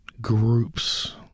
Groups